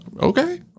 Okay